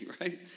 right